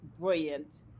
brilliant